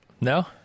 No